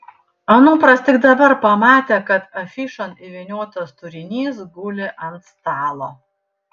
anupras tik dabar pamatė kad afišon įvyniotas turinys guli ant stalo